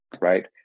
Right